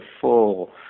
full